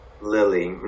lily